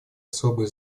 особое